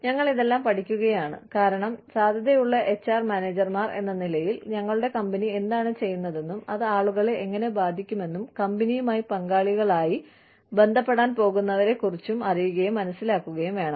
ഞങ്ങൾ ഇതെല്ലാം പഠിക്കുകയാണ് കാരണം സാധ്യതയുള്ള എച്ച്ആർ മാനേജർമാർ എന്ന നിലയിൽ ഞങ്ങളുടെ കമ്പനി എന്താണ് ചെയ്യുന്നതെന്നും അത് ആളുകളെ എങ്ങനെ ബാധിക്കുമെന്നും കമ്പനിയുമായി പങ്കാളികളായി ബന്ധപ്പെടാൻ പോകുന്നവരെക്കുറിച്ചും അറിയുകയും മനസ്സിലാക്കുകയും വേണം